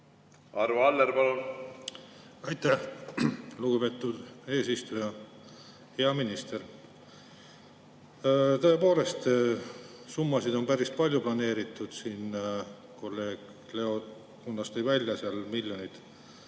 Arvo Aller, palun! Aitäh, lugupeetud eesistuja! Hea minister! Tõepoolest, summasid on päris palju planeeritud. Siin kolleeg Leo Kunnas tõi välja miljonid.